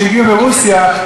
שהגיעו מרוסיה,